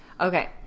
Okay